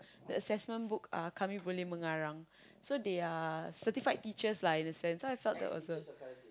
the assessment book uh kami boleh mengarang so they are certified teachers lah in a sense so I felt that was a